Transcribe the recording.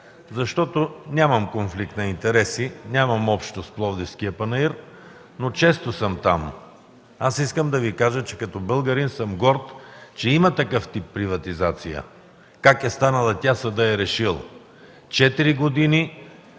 защото ... Нямам конфликт на интереси, нямам общо с Пловдивския панаир, но често съм там. Искам да Ви кажа, че като българин съм горд, че има такъв тип приватизация. Как е станала тя съдът е решил. Четири години,